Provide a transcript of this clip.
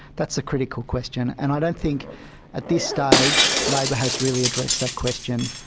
that's the critical question and i don't think at this stage labor has really addressed that question.